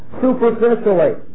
superficially